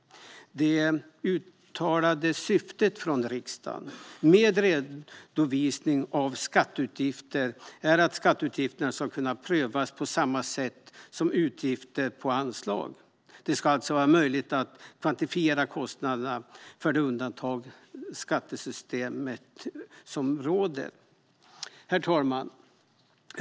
Det uttalade syftet från riksdagen med redovisning av skatteutgifter är att skatteutgifterna ska kunna prövas på samma sätt som utgifter för anslag. Det ska alltså vara möjligt att kvantifiera kostnaderna för de undantag i skattesystemet som råder. Herr talman!